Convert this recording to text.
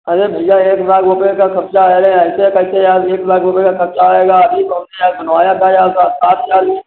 अरे भैया एक लाख रुपये का ख़र्चा अरे ऐसे कैसे यार एक लाख रुपये का ख़र्चा आएगा अभी एक बनवाया था साठ हज़ार में